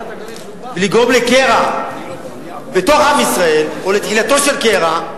לגרום לקרע בתוך עם ישראל או לתחילתו של קרע,